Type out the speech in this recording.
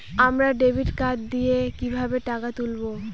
আমরা debit card দিয়ে কিভাবে টাকা তুলবো?